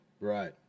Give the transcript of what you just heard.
Right